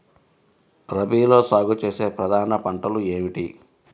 రబీలో సాగు చేసే ప్రధాన పంటలు ఏమిటి?